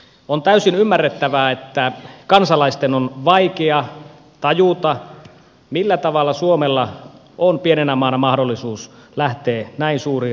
on täysin ymmärrettävää että kansalaisten on vaikea tajuta millä tavalla suomella on pienenä maana mahdollisuus lähteä näin suuriin rahoitusjärjestelyihin